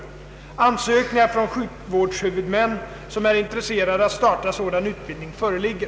Ansökningar från sjukvårdshuvudmän, som är intresserade att starta sådan utbildning, föreligger.